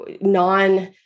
non-